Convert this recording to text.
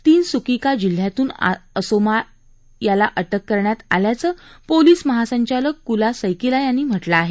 तीनसुकीका जिल्ह्यातून असोमला अटक करण्यात आल्याचं पोलीस महासंचालक कुला सैकिला यांनी म्हटलं आहे